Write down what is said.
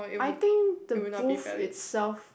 I think the booth itself